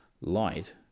light